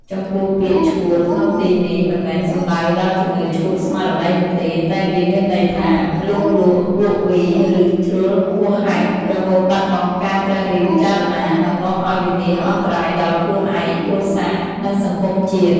ចំពោះ ពាក្យ ឆ្កួត ក្នុងទីនេះមិនមែនសំដៅដល់ជំងឺឆ្កួតស្មារតីនោះទេ តែវាមានន័យថា លង់លក់ វក់វី ឬ ជ្រុលហួសហេតុ រហូតបាត់បង់ការត្រិះរិះពិចារណា និងនាំឲ្យវិនាសអន្តរាយដល់ខ្លួនឯង គ្រួសារ និងសង្គមជាតិ។